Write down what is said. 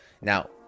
Now